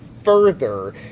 further